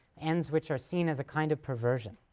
ends which are seen as a kind of perversion?